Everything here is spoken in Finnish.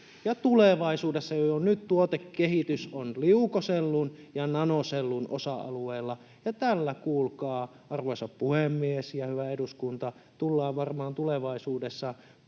muassa puuvillaa. Jo nyt tuotekehitys on liukosellun ja nanosellun osa-alueella. Tällä, kuulkaa, arvoisa puhemies ja hyvä eduskunta, tullaan varmaan tulevaisuudessa korkean